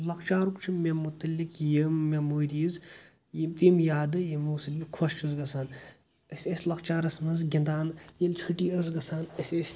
لۄکچارُک چھ مے مُتعلِق یِم مٮ۪موریٖز یہِ تِم یادٕ یِمو سۭتۍ بہٕ خۄش چھُس گژھان أسۍ ٲسۍ لۄکچارَس منٛز گِنٛدان ییٚلہِ چھُٹی ٲس گژھان أسۍ ٲسۍ